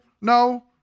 No